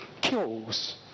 kills